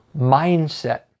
mindset